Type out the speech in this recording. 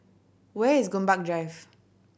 where is Gombak Drive